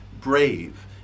brave